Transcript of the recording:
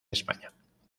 españa